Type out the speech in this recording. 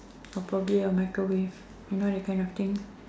or probably a microwave you know that kind of thing